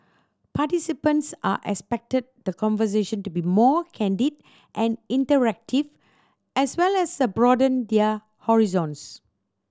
participants are expect the conversation to be more candid and interactive as well as broaden their horizons